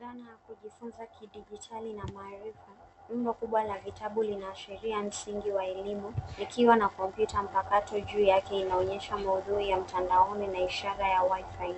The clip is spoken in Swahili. Dhana ya kujifunza kidijitali na maarifa, umbo kubwa la vitabu lina ashiria msingi wa elimu likiwa na kompyuta mpakato juu yake inaonyesha maudhui ya mtandaoni na ishara ya WiFi.